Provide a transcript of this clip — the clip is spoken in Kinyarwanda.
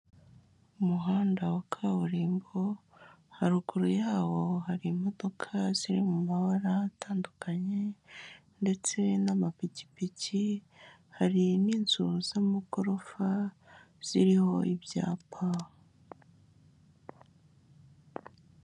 Umuhanda wa kaburimbo, haruguru yawo hari imodoka ziri mu mabara atandukanye ndetse n'amapikipiki, hari n'inzu z'amagorofa ziriho ibyapa.